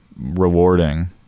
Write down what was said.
rewarding